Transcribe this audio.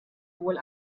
wohl